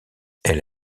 elle